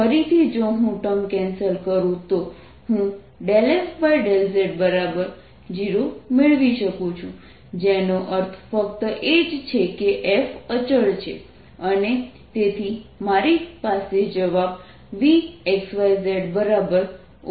ફરીથી જો હું ટર્મ કેન્સલ કરું તો હું ∂f∂z0 મેળવી શકું જેનો અર્થ ફક્ત એ જ છે કે F અચળ છે અને તેથી મારી પાસે જવાબ Vxyz x2yzconstant છે